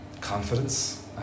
confidence